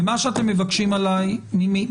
מה שאתם מבקשים מאיתנו,